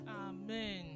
Amen